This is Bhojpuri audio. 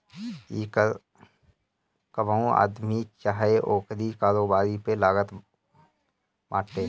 इ कर कवनो आदमी चाहे ओकरी कारोबार पे लागत बाटे